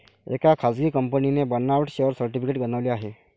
एका खासगी कंपनीने बनावट शेअर सर्टिफिकेट बनवले आहे